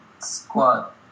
squat